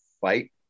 fight